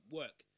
work